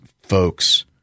folks